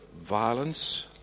violence